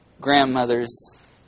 grandmother's